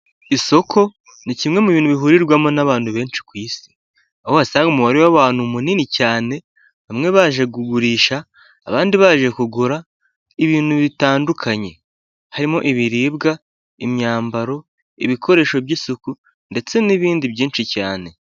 Isoko ni kimwe mu bintu bihurirwamo n'abantu benshi ku isi, aho uhasanga umubare w'abantu munini cyane, bamwe baje kugurisha abandi baje kugura ibintu bitandukanye, harimo ibiribwa imyambaro ibikoresho by'isuku ndetse n'ibindi byinshi cyane.